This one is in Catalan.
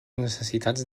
necessitats